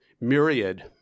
Myriad